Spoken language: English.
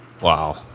wow